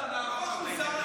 אוה, הערות של שר החינוך.